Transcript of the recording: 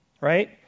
right